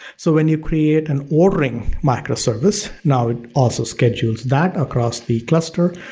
so when you create an o-ring microservice, now it also schedules that across the cluster.